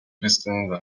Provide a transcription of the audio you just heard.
pistons